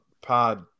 pod